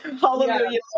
hallelujah